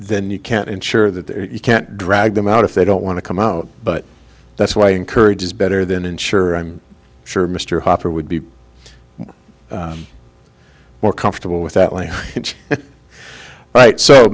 then you can't ensure that you can't drag them out if they don't want to come out but that's why encourage is better than ensure i'm sure mr hopper would be more comfortable with that line right so